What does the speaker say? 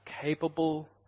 capable